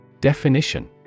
Definition